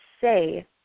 say